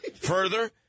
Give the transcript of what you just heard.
Further